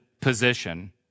position